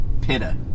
Pitta